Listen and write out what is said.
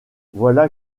voilà